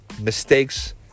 mistakes